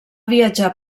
viatjar